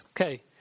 Okay